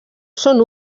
són